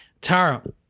Tara